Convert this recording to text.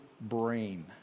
brain